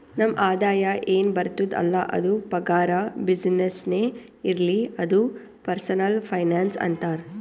ನಮ್ ಆದಾಯ ಎನ್ ಬರ್ತುದ್ ಅಲ್ಲ ಅದು ಪಗಾರ, ಬಿಸಿನ್ನೆಸ್ನೇ ಇರ್ಲಿ ಅದು ಪರ್ಸನಲ್ ಫೈನಾನ್ಸ್ ಅಂತಾರ್